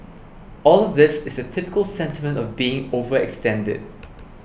all of this is the typical sentiment of being overextended